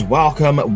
welcome